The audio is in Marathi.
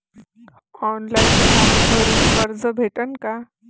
ऑनलाईन फारम भरून कर्ज भेटन का?